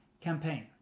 Campaign